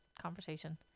conversation